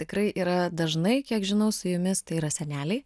tikrai yra dažnai kiek žinau su jumis tai yra seneliai